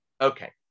Okay